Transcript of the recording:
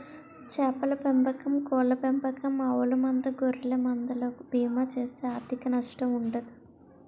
చేపల పెంపకం కోళ్ళ పెంపకం ఆవుల మంద గొర్రెల మంద లకు బీమా చేస్తే ఆర్ధిక నష్టం ఉండదు